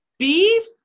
Beef